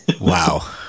wow